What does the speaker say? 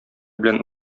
белән